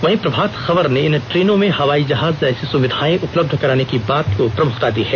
वहीं प्रभात खबर ने इन ट्रेनों में हवाई जहाज जैसी सुविधाएं उपलब्ध होने की बात को प्रमुखता दी है